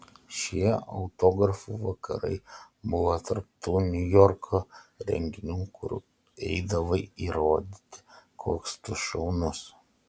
šie autografų vakarai buvo tarp tų niujorko renginių kur eidavai įrodyti koks tu šaunus